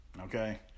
okay